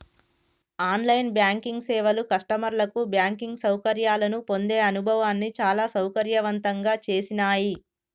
on line banking సేవలు కస్టమర్లకు banking సౌకర్యాలను పొందే అనుభవాన్ని చాలా సౌకర్యవంతంగా చేసినాయ్